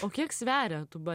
o kiek sveria tūba